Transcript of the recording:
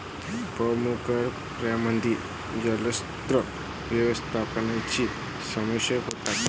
पर्माकल्चरमध्ये जलस्रोत व्यवस्थापनाचाही समावेश होतो